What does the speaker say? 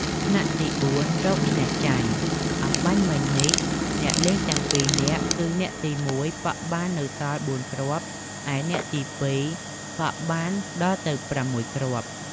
ថ្នាក់ទី៤ រកឈ្នះចាញ់ អម្បាញ់មិញនេះអ្នកលេងទាំងពីរនាក់ គឺអ្នកទី១ ប៉ក់បាននៅសល់ ៤ គ្រាប់ ឯអ្នកទី២ ប៉ក់បានដល់ទៅ ៦ គ្រាប់។